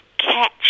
catch